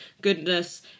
goodness